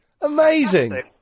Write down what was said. Amazing